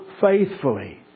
faithfully